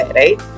right